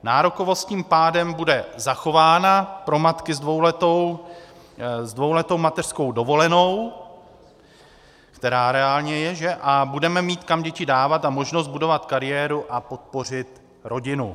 Nárokovost tím pádem bude zachována pro matky s dvouletou mateřskou dovolenou, která reálně je, a budeme mít kam děti dávat a možnost budovat kariéru a podpořit rodinu.